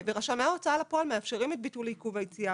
ורשמי ההוצאה לפועל מאפשרים את ביטול עיכוב היציאה,